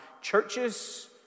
churches